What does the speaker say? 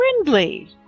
friendly